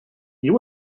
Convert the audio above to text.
you